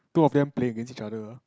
two of them play against each other